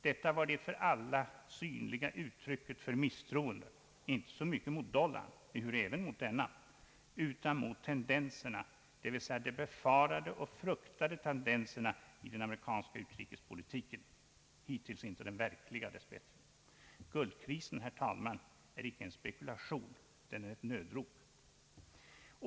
Detta var det för alla synliga uttrycket för misstroende — inte så mycket mot dollarn, ehuru även mot denna, utan mot tendenserna, d.v.s. de befarade och fruktade tendenserna inom den amerikanska utrikespolitiken. Hittills inte de verkliga, dess bättre. Guldkrisen, herr talman, är icke en spekulation — den är ett nödrop!